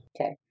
Okay